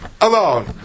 alone